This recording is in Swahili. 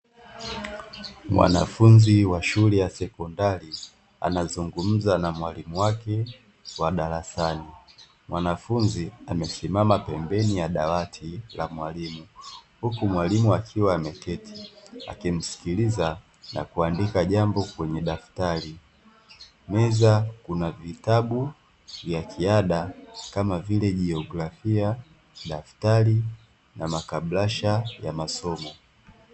Mwanafunzi wa shule ya sekondari anazungumza na mwalimu wake wa darasani. Mwanafunzi amesimama pembeni ya dawati la mwalimu huku mwalimu akiwa ameketi akimsikiliza na kuandika jambo kwenye daktari. Meza ina vitabu vya ziada kama vile jiografia, daftari na makabrasha ya masomo.